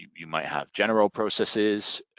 you might have general processes,